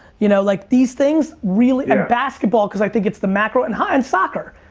you know, like these things really, and basketball cause i think it's the macro and and soccer,